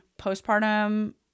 postpartum